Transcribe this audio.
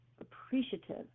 appreciative